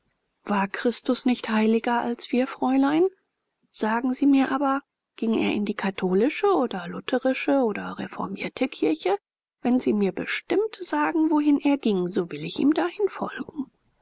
was christus nicht heiliger als wir fräulein sagen sie mir aber ging er in die katholische oder lutherische oder reformierte kirche wenn sie mir bestimmt sagen wohin er ging so will ich ihm dahin folgen